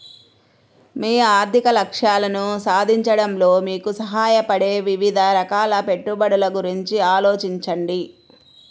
మీ ఆర్థిక లక్ష్యాలను సాధించడంలో మీకు సహాయపడే వివిధ రకాల పెట్టుబడుల గురించి ఆలోచించండి